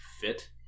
fit